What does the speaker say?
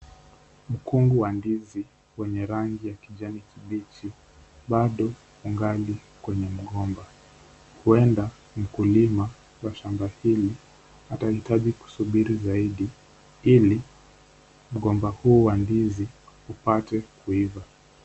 Mkungu wa ndizi wenye rangi ya kijani kibichi bado ungali kwenye mgomba. Huenda mkulima wa shamba hili atahitaji kusubiri zaidi ili mgomba huu wa ndizi upate kuiva,